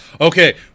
Okay